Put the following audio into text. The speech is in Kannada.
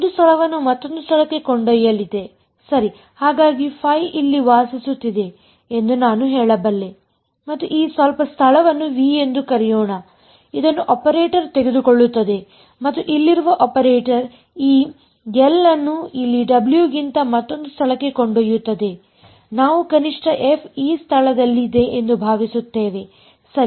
ಒಂದು ಸ್ಥಳವನ್ನು ಮತ್ತೊಂದು ಸ್ಥಳಕ್ಕೆ ಕೊಂಡೊಯ್ಯಲಿದೆ ಸರಿ ಹಾಗಾಗಿ ಇಲ್ಲಿ ವಾಸಿಸುತ್ತಿದೆ ಎಂದು ನಾನು ಹೇಳಬಲ್ಲೆ ಮತ್ತು ಈ ಸ್ವಲ್ಪ ಸ್ಥಳವನ್ನು V ಎಂದು ಕರೆಯೋಣ ಇದನ್ನು ಆಪರೇಟರ್ ತೆಗೆದುಕೊಳ್ಳುತ್ತದೆ ಮತ್ತು ಇಲ್ಲಿರುವ ಆಪರೇಟರ್ ಈ L ನ್ನು ಇಲ್ಲಿ W ಗಿಂತ ಮತ್ತೊಂದು ಸ್ಥಳಕ್ಕೆ ಕೊಂಡೊಯ್ಯುತ್ತದೆ ನಾವು ಕನಿಷ್ಠ f ಈ ಸ್ಥಳದಲ್ಲಿದೆ ಎಂದು ಭಾವಿಸುತ್ತೇವೆ ಸರಿ